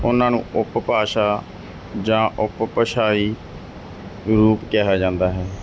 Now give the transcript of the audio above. ਉਹਨਾਂ ਨੂੰ ਉਪਭਾਸ਼ਾ ਜਾਂ ਉਪ ਭਾਸ਼ਾਈ ਰੂਪ ਕਿਹਾ ਜਾਂਦਾ ਹੈ